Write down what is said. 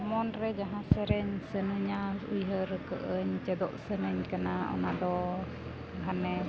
ᱢᱚᱱ ᱨᱮ ᱡᱟᱦᱟᱸ ᱥᱮᱨᱮᱧ ᱥᱟᱱᱟᱧᱟ ᱩᱭᱦᱟᱹᱨ ᱠᱟᱜ ᱟᱹᱧ ᱪᱮᱫᱚᱜ ᱥᱟᱱᱟᱧ ᱠᱟᱱᱟ ᱚᱱᱟᱫᱚ ᱦᱟᱱᱮ